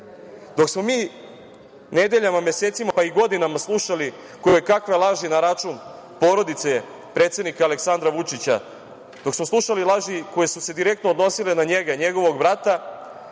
15.Dok smo mi nedeljama, mesecima, pa i godinama slušali koje kakve laži na račun porodice predsednika Aleksandra Vučića, dok smo slušali laži koje su se direktno odnosile na njega, na njegovog brata,